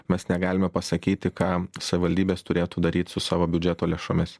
mes negalime pasakyti ką savivaldybės turėtų daryt su savo biudžeto lėšomis